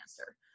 answer